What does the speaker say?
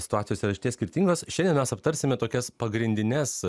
situacijos yra išties skirtingos šiandien mes aptarsime tokias pagrindines